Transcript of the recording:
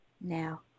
Now